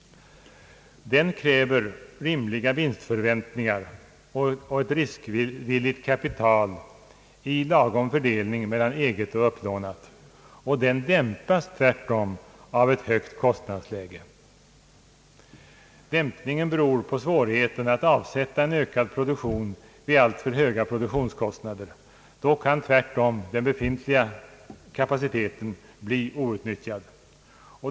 Den kräver rimliga vinstförväntningar och ett riskvilligt kapital i lagom fördelning mellan eget och upplånat, och den dämpas tvärtom av ett högt kostnadsläge. Dämpningen beror på svårigheten att avsätta en ökad produktion med alltför höga produktionskostnader. Då kan tvärtom den befintliga kapaciteten bli outnyttjad.